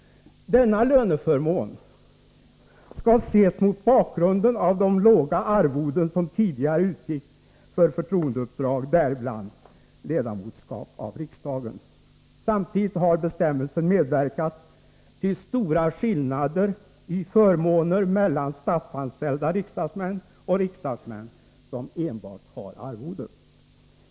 Denna löneförmån skall ses mot bakgrund av de låga arvoden som tidigare utgick för förtroendeuppdrag, däribland ledamotskap av riksdagen. Samtidigt har bestämmelsen medverkat till stora skillnader i förmåner mellan statsanställda riksdagsmän och riksdagsmän som enbart har arvoden.